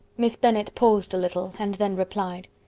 miss bennet paused a little, and then replied,